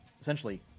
essentially